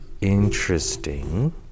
interesting